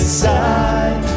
side